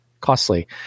costly